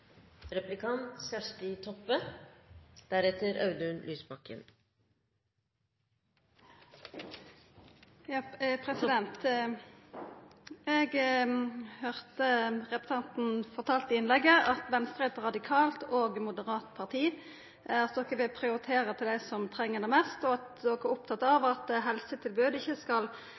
Eg høyrde representanten fortelja i innlegget at Venstre er eit radikalt og moderat parti, at ein vil prioritera dei som treng det mest, og at ein er opptatt av at helsetilbod ikkje skal